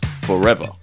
forever